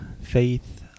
faith